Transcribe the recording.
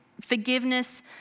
forgiveness